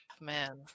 Man